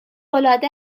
العاده